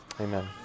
amen